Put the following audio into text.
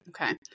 Okay